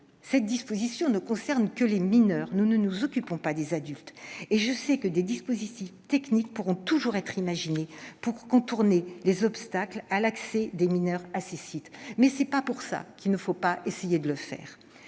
cette disposition concerne seulement les mineurs. Nous ne nous occupons pas des adultes. Je sais que des dispositifs techniques pourront toujours être imaginés pour contourner les obstacles à l'accès des mineurs à ces sites. Mais ce n'est pas une raison pour ne pas essayer de le faire.